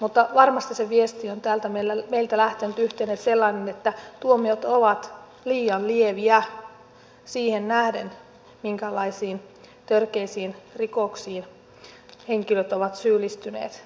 mutta varmasti se viesti on täältä meiltä lähtenyt yhteinen sellainen että tuomiot ovat liian lieviä siihen nähden minkälaisiin törkeisiin rikoksiin henkilöt ovat syyllistyneet